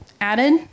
added